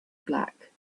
black